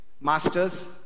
Masters